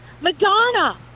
Madonna